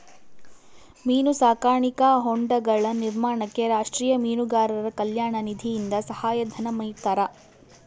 ಮೀನು ಸಾಕಾಣಿಕಾ ಹೊಂಡಗಳ ನಿರ್ಮಾಣಕ್ಕೆ ರಾಷ್ಟೀಯ ಮೀನುಗಾರರ ಕಲ್ಯಾಣ ನಿಧಿಯಿಂದ ಸಹಾಯ ಧನ ನಿಡ್ತಾರಾ?